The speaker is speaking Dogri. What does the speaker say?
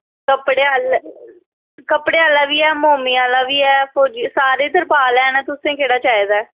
कपड़े आह्ला कपड़े आह्ला बी है मोम्मी आह्ला बी ऐ फौजी सारे तरपाल हैन न तुसें गी केह्ड़ा चाहिदा ऐ